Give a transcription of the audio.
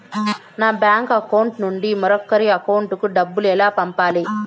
నా bank account నుండి మరొకరి అకౌంట్ కు డబ్బులు ఎలా పంపాలి